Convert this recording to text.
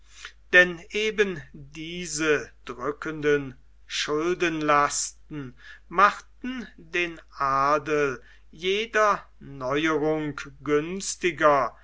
denn eben diese drückenden schuldenlasten machten den adel jeder neuerung günstiger